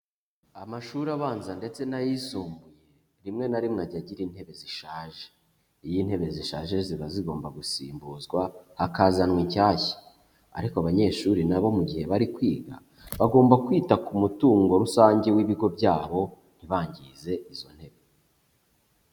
Amashuri abanza ndetse n'ayisumbuye, rimwe na rimwe ajya agira intebe zishaje. Iyo intebe zishaje ziba zigomba gusimbuzwa, hakazanwa inshyashya. Ariko abanyeshuri na bo mu gihe bari kwiga, bagomba kwita ku mutungo rusange w'ibigo byabo, ntibangize izo ntebe.